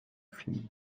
film